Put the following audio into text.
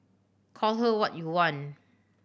call her what you want